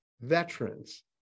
veterans